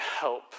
help